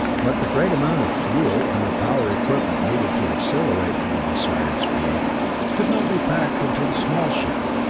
but the great amount of fuel and the power equipment needed to accelerate to the desired speed could not be packed into the small ship.